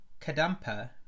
Kadampa